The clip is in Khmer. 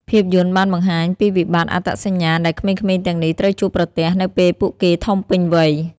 ភាពយន្តបានបង្ហាញពីវិបត្តិអត្តសញ្ញាណដែលក្មេងៗទាំងនេះត្រូវជួបប្រទះនៅពេលពួកគេធំពេញវ័យ។